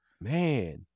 man